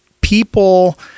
people